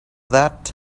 that